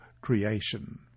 creation